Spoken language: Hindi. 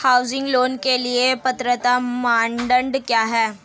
हाउसिंग लोंन के लिए पात्रता मानदंड क्या हैं?